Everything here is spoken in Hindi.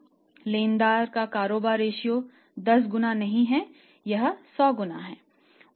लेनदारों का कारोबार रेश्यो 10 गुना नहीं है यह 100 गुना है